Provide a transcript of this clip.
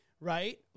right